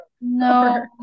no